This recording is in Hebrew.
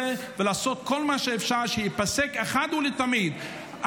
ולעשות כל מה שאפשר שייפסק אחת ולתמיד,